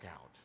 out